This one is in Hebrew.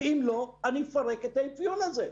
ואם לא אני אפרק את האפיון הזה.